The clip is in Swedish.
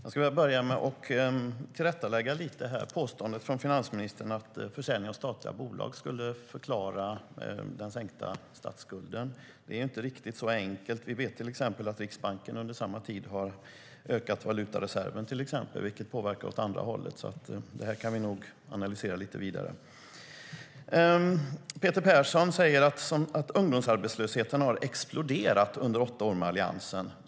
Herr talman! Jag skulle vilja börja med att tillrättalägga finansministerns påstående att försäljningen av statliga bolag skulle förklara den sänkta statsskulden. Det är inte riktigt så enkelt. Vi vet till exempel att Riksbanken under samma tid ökade valutareserven, vilket påverkar åt det andra hållet, så det här kan vi nog analysera lite vidare. Peter Persson säger att ungdomsarbetslösheten har exploderat under åtta år med Alliansen.